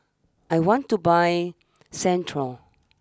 I want to buy Centrum